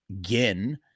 Gin